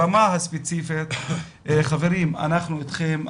ברמה הספציפית, חברים, אנחנו אתכם.